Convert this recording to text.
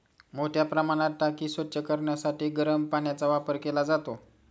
मोठ्या प्रमाणात टाकी स्वच्छ करण्यासाठी गरम पाण्याचा वापर केला जातो